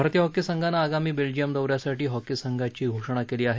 भारतीय हॉकी संघानं आगामी बेल्जियम दौऱ्यासाठी हॉकी संघाची घोषणा केली आहे